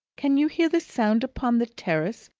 can you hear the sound upon the terrace,